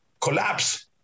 collapse